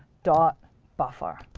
dot buffer.